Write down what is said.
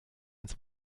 ins